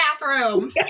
bathroom